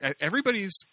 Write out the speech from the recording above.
Everybody's